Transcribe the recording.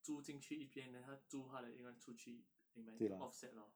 租进去一边 then 他租他的另外出去你们 to offset lor